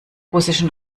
russischen